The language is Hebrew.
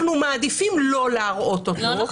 אנחנו מעדיפים לא להראות אותו,